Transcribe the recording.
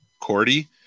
Cordy